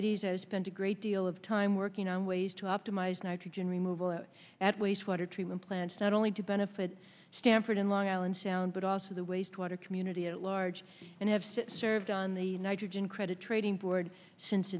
eighty s as spent a great deal of time working on ways to optimize nitrogen removal at wastewater treatment plants not only to benefit stanford in long island sound but also the wastewater community at large and have since served on the nitrogen credit trading board since